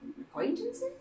acquaintances